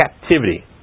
captivity